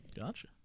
Gotcha